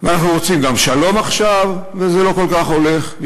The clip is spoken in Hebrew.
ואנחנו רוצים גם שלום עכשיו וזה לא כל כך הולך,